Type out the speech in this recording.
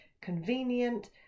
convenient